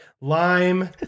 lime